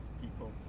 people